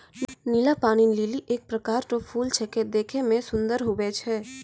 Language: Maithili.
नीला पानी लीली एक प्रकार रो फूल छेकै देखै मे सुन्दर हुवै छै